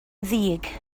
ddig